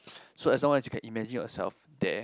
so as long as you can imagine yourself there